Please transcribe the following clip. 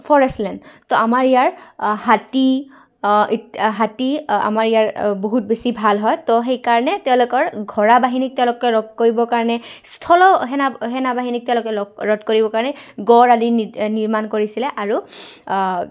forest land তো আমাৰ ইয়াৰ হাতী হাতী আমাৰ ইয়াৰ বহুত বেছি ভাল হয় তো সেইকাৰণে তেওঁলোকৰ ঘোঁৰা বাহিনীক তেওঁলোকে ৰোধ কৰিবৰ কাৰণে স্থলসেনা সেনাবাহিনীক তেওঁলোকে লগ ৰোধ কৰিব কাৰণে গড় আদি নিৰ্মাণ কৰিছিলে আৰু